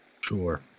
Sure